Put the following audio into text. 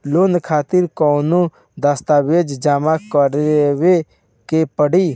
Loan खातिर कौनो दस्तावेज जमा करावे के पड़ी?